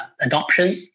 adoption